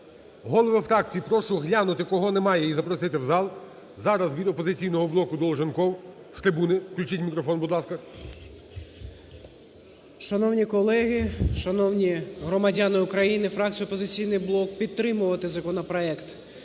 Голови фракцій, прошу глянути, кого немає, і запросити в зал. Зараз від "Опозиційного блоку" - Долженков, з трибуни. Включіть мікрофон, будь ласка. 13:57:02 ДОЛЖЕНКОВ О.В. Шановні колеги, шановні громадяни України, фракція "Опозиційний блок" підтримуватиме законопроект